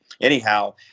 anyhow